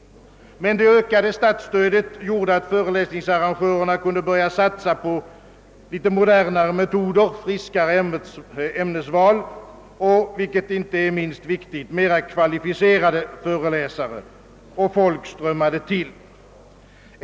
Men det ökade statsstödet gjorde, att föreläsningsarrangörerna kunde börja satsa på något modernare metoder, friskare ämnesval och — vilket inte är minst viktigt — mera kvalificerade föreläsare, och folk strömmade till.